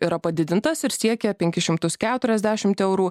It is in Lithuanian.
yra padidintas ir siekia penkis šimtus keturiasdešimt eurų